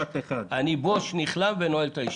אני בוש, נכלם ונועל את הישיבה.